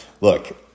look